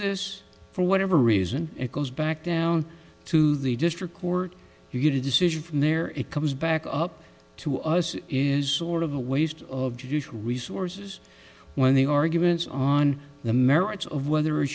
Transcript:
this for whatever reason it goes back down to the district court you get a decision from there it comes back up to us it is sort of a waste of juice resources when the arguments on the merits of whether it